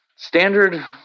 Standard